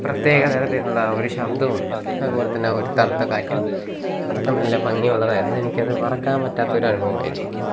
പ്രത്യേക തരത്തിലുള്ള ആ ഒരു ശബ്ദവും അത്പോലെ തന്നെ ആ ഒരു തണുത്ത കാറ്റും അതക്കെ നല്ല ഭംങ്ങിയുള്ളതായിരുന്നു എനിക്കത് മറക്കാന് പറ്റാത്തൊരനുഭവമായിരുന്നു